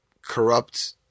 corrupt